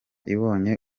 ibonye